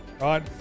right